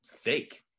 fake